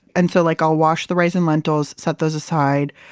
and so like i'll wash the rice and lentils, set those aside.